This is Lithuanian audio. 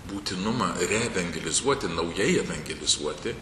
būtinumą reevangelizuoti naujai evangelizuoti